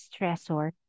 stressor